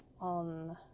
on